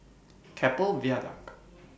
Keppel Viaduct